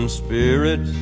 spirit